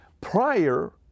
prior